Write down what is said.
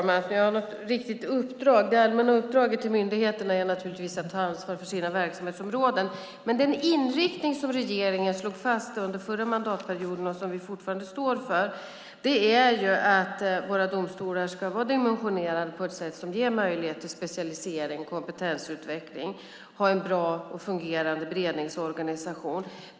Fru talman! Det allmänna uppdraget till myndigheterna är naturligtvis att ta ansvar för sina verksamhetsområden. Den inriktning som regeringen slog fast under den förra mandatperioden och som vi fortfarande står för är att våra domstolar ska vara dimensionerade på ett sätt som ger möjlighet till specialisering och kompetensutveckling. De ska ha en bra och fungerande beredningsorganisation.